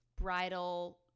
bridal